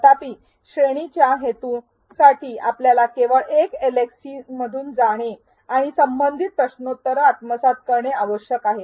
तथापि श्रेणीच्याच्या हेतूं साठी आपल्याला केवळ एक एलएक्सटीमधून जाणे आणि संबंधित प्रश्नोत्तर आत्मसात करणे आवश्यक आहे